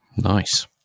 nice